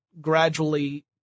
gradually